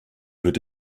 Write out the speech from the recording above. wird